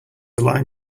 align